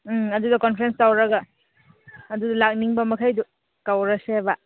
ꯎꯝ ꯑꯗꯨꯒ ꯀꯣꯟꯐ꯭ꯔꯦꯟꯁ ꯇꯧꯔꯒ ꯑꯗꯨꯒ ꯂꯥꯛꯅꯤꯡꯕ ꯃꯈꯩꯗꯨ ꯀꯧꯔꯁꯦꯕ